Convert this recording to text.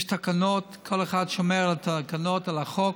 יש תקנות, כל אחד שומר על התקנות, על החוק.